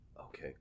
Okay